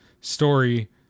story